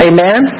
Amen